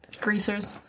greasers